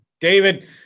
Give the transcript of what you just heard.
David